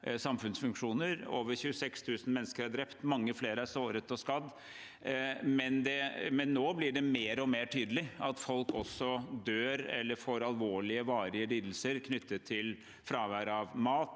Over 26 000 mennesker er drept, mange flere er såret og skadd, men nå blir det mer og mer tydelig at folk også dør eller får alvorlige varige lidelser knyttet til fravær av mat,